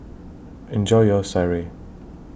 Enjoy your Sireh